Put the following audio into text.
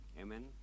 Amen